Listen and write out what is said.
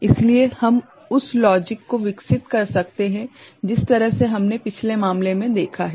इसलिए हम उस लॉजिक को विकसित कर सकते हैं जिस तरह से हमने पिछले मामले में देखा है